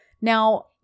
Now